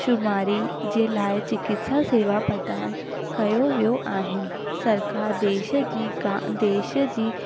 शुमारी जे लाइ चिकित्सा सेवा प्रदान कयो वियो आहिनि सरकार देश जी ग देश जी